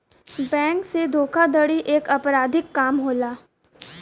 bank से धोखाधड़ी एक अपराधिक काम होला